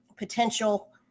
potential